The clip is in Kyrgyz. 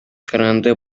каранды